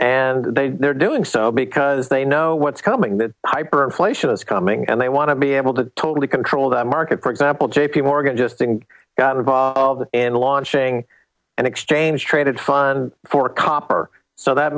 and they are doing so because they know what's coming that hyperinflation is coming and they want to be able to totally control that market for example j p morgan just think got involved in launching an exchange traded fund for copper so that